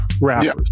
rappers